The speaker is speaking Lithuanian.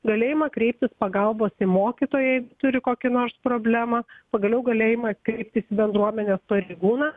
galėjimą kreiptis pagalbos į mokytoją jeigu turi kokį nors problemą pagaliau galėjimą kreiptis į bendruomenės pareigūną